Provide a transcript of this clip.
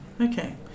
Okay